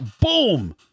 boom